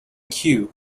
queue